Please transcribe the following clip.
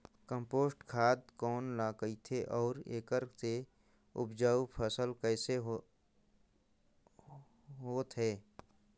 Compost खाद कौन ल कहिथे अउ एखर से उपजाऊ कैसन होत हे?